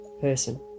person